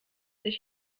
sich